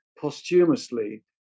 posthumously